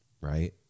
right